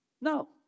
No